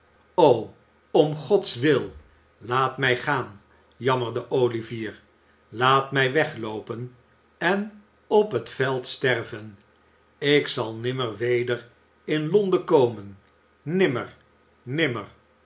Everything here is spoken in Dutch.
o om gods wil laat mij gaan jammerde olivier laat mij wegloopen en op het veld sterven ik zal nimmer weder in londen komen nimmer nimmer